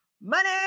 money